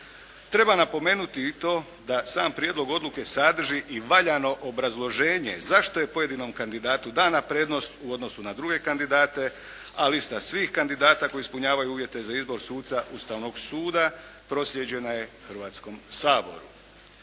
Treba napomenuti i to da sam prijedlog odluke sadrži i valjano obrazloženje zašto je pojedinom kandidatu dana prednost u odnosu na druge kandidate, a lista svih kandidata koji ispunjavaju uvjete za izbor suca Ustavnog suda proslijeđena je Hrvatskom saboru.